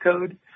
code